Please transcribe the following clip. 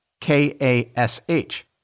K-A-S-H